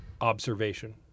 observation